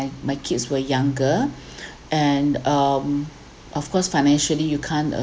my kids were younger and um of course financially you can't